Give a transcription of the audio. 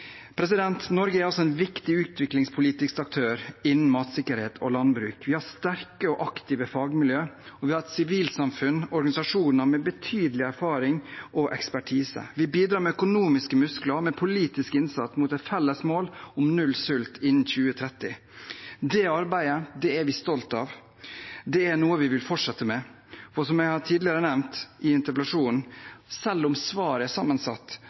Norge er en viktig utviklingspolitisk aktør innen matsikkerhet og landbruk. Vi har sterke og aktive fagmiljøer, og vi har et sivilsamfunn og organisasjoner med betydelig erfaring og ekspertise. Vi bidrar med økonomiske muskler og med politisk innsats mot et felles mål om null sult innen 2030. Det arbeidet er vi stolt av, og det er noe vi vil fortsette med. Og som jeg tidligere har nevnt i interpellasjonen: Selv om svaret er sammensatt,